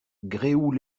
gréoux